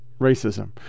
racism